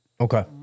okay